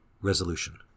Resolution